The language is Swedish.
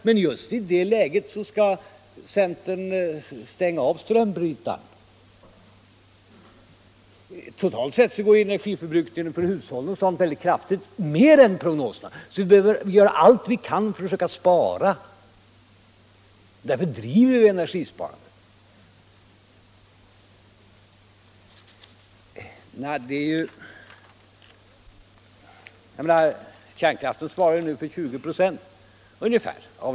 Men just i det läget talar centern om att stänga av strömbrytaren. Totalt sett går energiförbrukningen för hushållen och liknande upp mycket kraftigt och mycket starkare än enligt prognoserna, och därför gör vi allt vad vi kan för att spara energi. Det är därför vi driver energisparandet. Kärnkraften svarar i dag för ungefär 20 ".